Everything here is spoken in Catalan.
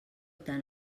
tant